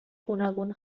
گوناگون